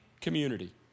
community